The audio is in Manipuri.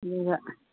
ꯑꯗꯨꯒ